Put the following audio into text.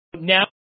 now